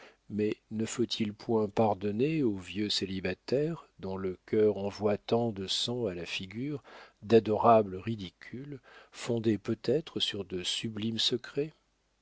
mais ne faut-il point pardonner aux vieux célibataires dont le cœur envoie tant de sang à la figure d'adorables ridicules fondés peut-être sur de sublimes secrets